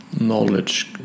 Knowledge